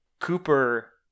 Cooper